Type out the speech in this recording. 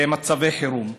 למצבי חירום.